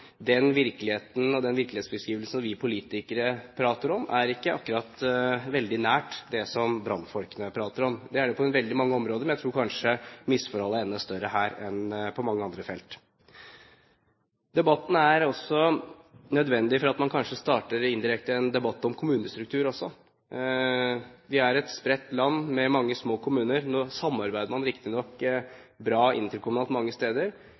den virkelighetsbeskrivelsen vi politikere prater om, er ikke akkurat veldig nært det brannfolkene prater om. Det gjelder veldig mange områder, men jeg tror kanskje misforholdet er enda større her enn på mange andre felt. Debatten er nødvendig fordi man kanskje indirekte starter en debatt om kommunestruktur også. Norge er et spredt land med mange små kommuner. Nå samarbeider man riktignok bra interkommunalt mange steder.